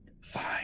Fine